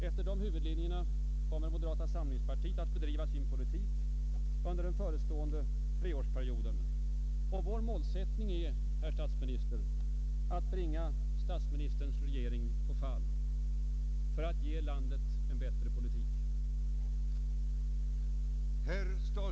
Efter dessa huvudlinjer kommer moderata samlingspartiet att bedriva sin politik under den förestående treårsperioden. Vår målsättning är, herr statsminister, att bringa statsministerns regering på fall för att ge landet en bättre politik.